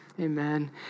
Amen